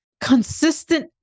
Consistent